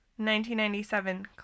1997